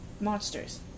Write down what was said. monsters